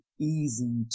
easy